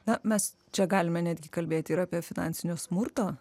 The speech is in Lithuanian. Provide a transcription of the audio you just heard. na mes čia galime netgi kalbėti ir apie finansinio smurto